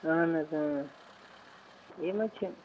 اَہَن حظ یِم حظ چھِ